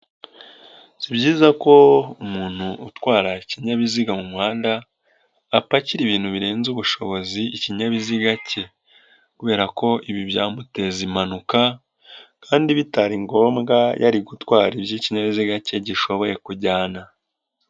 Si byiza ko umuntu utwara ikinyabiziga mu muhanda, apakira ibintu birenze ubushobozi ikinyabiziga cye kubera ko ibi byamuteza impanuka kandi bitari ngombwa, yari gutwara iyo ikinyabiziga cye gishoboye kujyana.